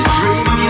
dream